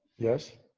yes.